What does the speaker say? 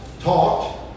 talked